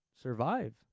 survive